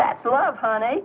that's love honey